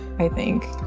i think.